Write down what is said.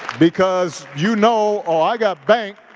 because you know, oh, i got bank.